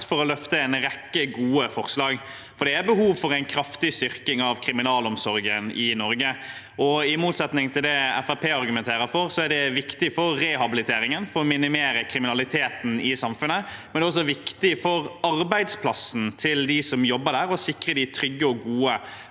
for å løfte en rekke gode forslag, for det er behov for en kraftig styrking av kriminalomsorgen i Norge. I motsetning til det Fremskrittspartiet argumenterer med, er det viktig for rehabiliteringen – for å minimere kriminaliteten i samfunnet – men også viktig for arbeidsplassen til dem som jobber der, og å sikre dem trygge og gode